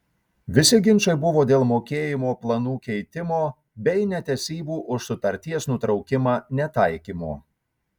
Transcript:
visi ginčai buvo dėl mokėjimo planų keitimo bei netesybų už sutarties nutraukimą netaikymo